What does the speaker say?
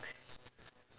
products